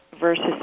versus